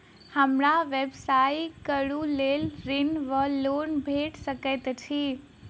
हमरा व्यवसाय कऽ लेल ऋण वा लोन भेट सकैत अछि?